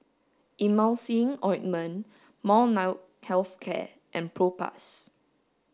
Emulsying Ointment Molnylcke health care and Propass